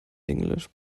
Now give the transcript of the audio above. english